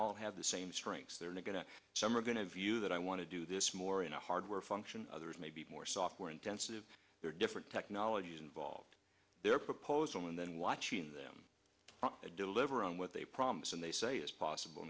all have the same strengths they're going to some are going to view that i want to do this more in a hardware function others may be more software intensive their different technologies involved their proposal and then watching them deliver on what they promise and they say it is possible